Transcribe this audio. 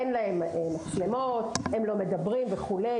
אין להם מצלמות, הם לא מדברים וכו'.